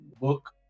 book